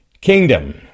Kingdom